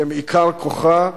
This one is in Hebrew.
שהם עיקר כוחו,